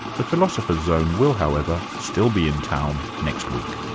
the philosopher's zone will, however still be in town next week.